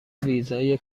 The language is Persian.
ویزای